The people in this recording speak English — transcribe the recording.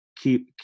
Keep